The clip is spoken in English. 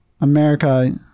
America